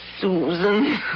Susan